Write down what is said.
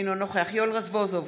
אינו נוכח יואל רזבוזוב,